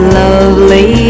lovely